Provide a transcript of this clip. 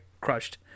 crushed